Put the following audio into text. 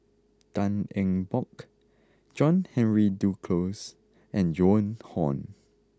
Tan Eng Bock John Henry Duclos and Joan Hon